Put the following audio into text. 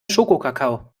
schokokakao